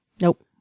Nope